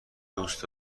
دوست